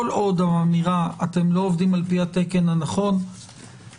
כל עוד האמירה אתם לא עובדים לפי התקן הנכון - אל"ף,